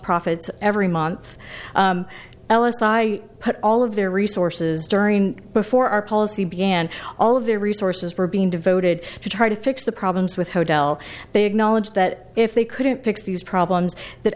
profits every month l s i put all of their resources during before our policy began all of their resources were being devoted to trying to fix the problems with hotel they acknowledge that if they couldn't fix these problems that